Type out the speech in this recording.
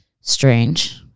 strange